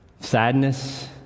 sadness